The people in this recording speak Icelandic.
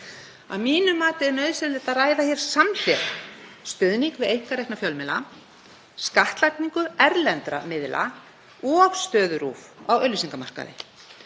Að mínu mati er nauðsynlegt að ræða hér samhliða stuðning við einkarekna fjölmiðla, skattlagningu erlendra miðla og stöðu RÚV á auglýsingamarkaði;